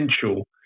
potential